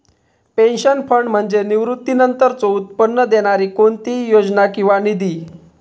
pension fund म्हणजे निवृत्तीनंतरचो उत्पन्न देणारी कोणतीही योजना किंवा निधी